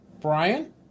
Brian